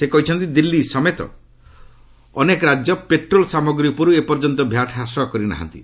ସେ କହିଛନ୍ତି ଦିଲ୍ଲୀ ସମେତ ଅନେକ ରାଜ୍ୟ ପେଟ୍ରୋଲ୍ ସାମଗ୍ରୀ ଉପର୍ଯ୍ୟନ୍ତ ଭ୍ୟାଟ୍ ହ୍ରାସ କରି ନାହାନ୍ତି